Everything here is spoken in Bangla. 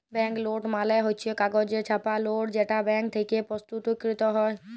ব্যাঙ্ক লোট মালে হচ্ছ কাগজে ছাপা লোট যেটা ব্যাঙ্ক থেক্যে প্রস্তুতকৃত হ্যয়